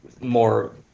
more